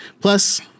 Plus